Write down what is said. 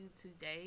today